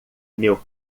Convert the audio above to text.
meu